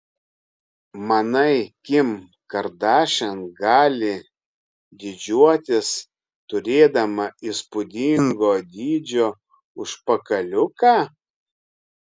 manai kim kardašian gali didžiuotis turėdama įspūdingo dydžio užpakaliuką